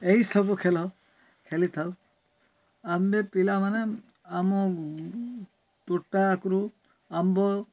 ଏଇ ସବୁ ଖେଲ ଖେଲିଥାଉ ଆମେ ପିଲାମାନେ ଆମ ଟୁଟାକୁରୁ ଆମ୍ବ